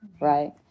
right